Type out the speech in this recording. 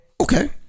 Okay